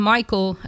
Michael